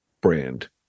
brand